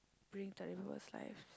bring to other people's life